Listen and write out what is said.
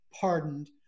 pardoned